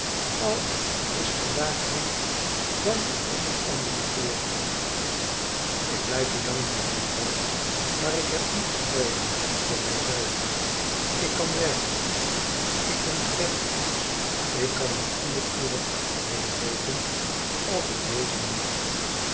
al is vandaag niet dan op een anderen keer lik blijf u dankbaar juffrouw maar ik heb niets noodig voor mi zelve ik kan werken ik ben sterk ik kan nog vier uren achtereen loopen als het wezen moet